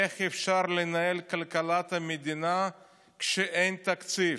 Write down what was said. איך אפשר לנהל את כלכלת המדינה כשאין תקציב?